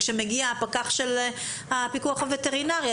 כשמגיע הפקח של הפיקוח הווטרינרי,